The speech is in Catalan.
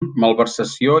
malversació